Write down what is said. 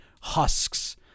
husks